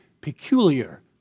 peculiar